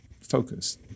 focus